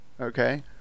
Okay